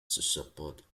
support